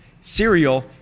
Cereal